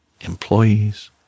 employees